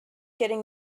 getting